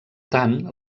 tant